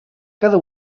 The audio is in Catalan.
cada